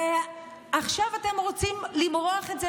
ועכשיו אתם רוצים למרוח את זה,